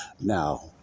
now